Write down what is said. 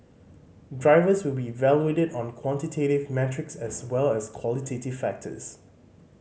drivers will be evaluated on quantitative metrics as well as qualitative factors